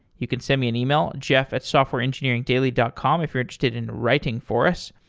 you could send me an e-mail, jeff at softwareengineeringdaily dot com if you're interested in writing for us.